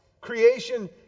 Creation